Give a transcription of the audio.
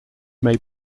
may